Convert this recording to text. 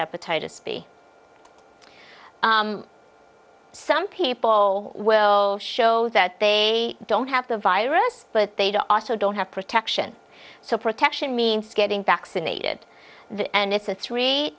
hepatitis b some people will show that they don't have the virus but they don't have protection so protection means getting vaccinated and it's a three